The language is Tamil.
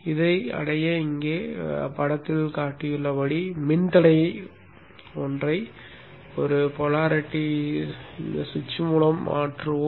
இதை அடைய இங்கே காட்டப்பட்டுள்ளபடி மின்தடையை ஒற்றை துருவ சுவிட்ச் மூலம் மாற்றுவோம்